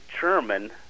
German